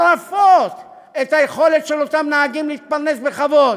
מטורפות את היכולת של אותם נהגים להתפרנס בכבוד.